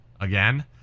again